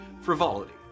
frivolity